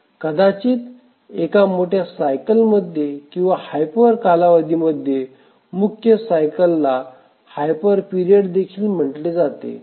कदाचित एका मोठ्या सायकल मध्ये किंवा हायपर कालावधीमध्ये मुख्य सायकल ला हायपर पीरियड देखील म्हटले जाते